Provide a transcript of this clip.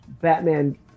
Batman